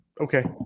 okay